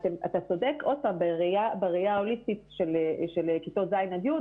אתה צודק עוד פעם בראייה ההוליסטית של כיתות ז' עד י',